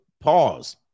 pause